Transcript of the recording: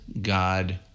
God